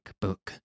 book